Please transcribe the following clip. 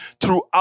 throughout